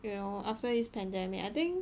you know after this pandemic I think